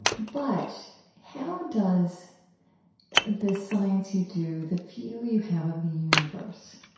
but how does the science you do, the view you have of the universe,